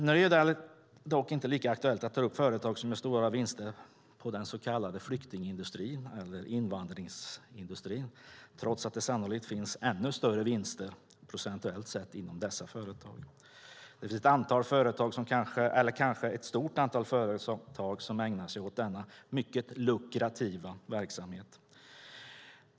Det är dock inte lika aktuellt att ta upp företag som gör stora vinster på den så kallade flykting eller invandringsindustrin trots att det sannolikt finns ännu större vinster procentuellt sett inom dessa företag. Det finns ett antal företag, kanske ett stort antal företag, som ägnar sig åt denna mycket lukrativa verksamhet.